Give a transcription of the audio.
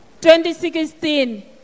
2016